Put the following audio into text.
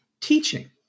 teaching